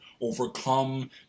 overcome